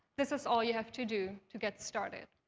this is all you have to do to get started.